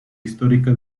histórica